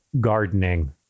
gardening